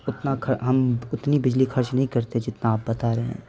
اتنا ہم اتنی بجلی خرچ نہیں کرتے جتنا آپ بتا رہے ہیں